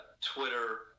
Twitter